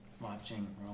watching